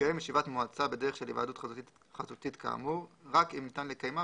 תתקיים ישיבת מועצה בדרך של היוועדות חזותית כאמור רק אם ניתן לקיימה